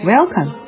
Welcome